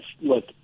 look